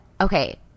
okay